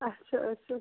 اَچھا